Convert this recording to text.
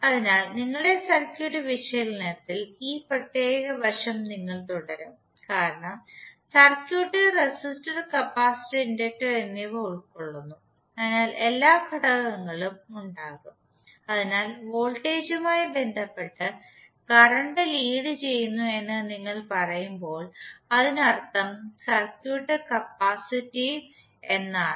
അതിനാൽ നിങ്ങളുടെ സർക്യൂട്ട് വിശകലനത്തിൽ ഈ പ്രത്യേക വശം നിങ്ങൾ തുടരും കാരണം സർക്യൂട്ട് റെസിസ്റ്റർ കപ്പാസിറ്റർ ഇൻഡക്റ്റർ എന്നിവ ഉൾക്കൊള്ളുന്നു അതിനാൽ എല്ലാ ഘടകങ്ങളും ഉണ്ടാകും അതിനാൽ വോൾട്ടേജുമായി ബന്ധപ്പെട്ട് കറന്റ് ലീഡ് ചെയ്യുന്നു എന്ന് നിങ്ങൾ പറയുമ്പോൾ അതിനർത്ഥം സർക്യൂട്ട് കപ്പാസിറ്റീവ് എന്നാണ്